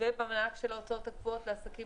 ובמענק של ההוצאות הקבועות לעסקים